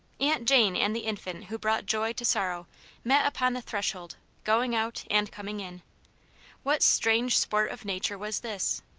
aunt jane and the infant who brought joy to sorrow met upon the threshold, going out and coming in what strange sport of nature was this?